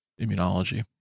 immunology